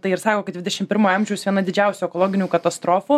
tai ir sako kad dvidešimt pirmojo amžius viena didžiausių ekologinių katastrofų